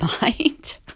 mind